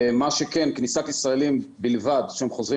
מה שכן כניסת ישראלים בלבד כשהם חוזרים